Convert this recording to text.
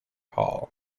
hall